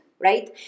right